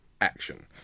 action